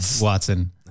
Watson